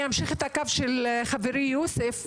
אני אמשיך את הקו של חברי יוסף,